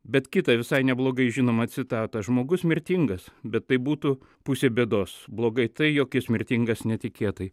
bet kitą visai neblogai žinomą citatą žmogus mirtingas bet tai būtų pusė bėdos blogai tai jog jis mirtingas netikėtai